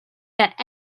that